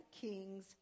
Kings